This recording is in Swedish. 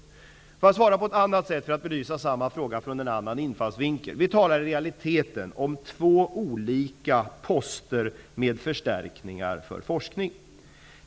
För att belysa samma fråga från en annan infallsvinkel skulle jag vilja svara på ett annat sätt. Vi talar i realiteten om två olika poster med förstärkningar för forskning.